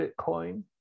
Bitcoin